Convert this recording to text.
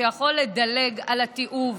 שיכול לדלג על התיעוב,